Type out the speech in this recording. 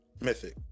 mythic